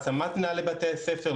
העצמת מנהלי בתי הספר,